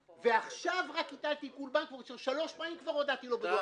ועכשיו רק --- שלוש פעמים כבר הודעתי לו.